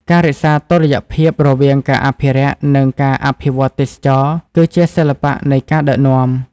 ការរក្សាតុល្យភាពរវាងការអភិរក្ស និងការអភិវឌ្ឍទេសចរណ៍ គឺជាសិល្បៈនៃការដឹកនាំ។